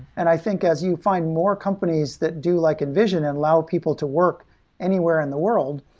and i think as you find more companies that do like invision and allow people to work anywhere in the world,